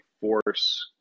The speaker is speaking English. force